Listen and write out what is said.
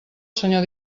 senyor